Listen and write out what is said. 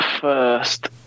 first